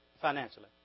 financially